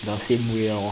the same way lor